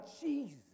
Jesus